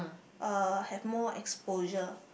uh have more exposure